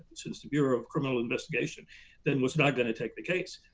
since the bureau of criminal investigation then was not going to take the case.